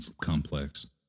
complex